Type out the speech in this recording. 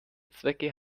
zwecke